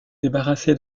débarrassé